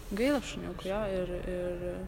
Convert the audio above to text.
gaila šuniukų jo ir ir